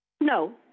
no